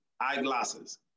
eyeglasses